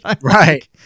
Right